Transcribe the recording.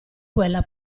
quella